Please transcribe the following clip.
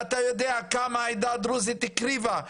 ואתה יודע כמה העדה הדרוזית הקריבה.